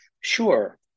Sure